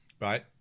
Right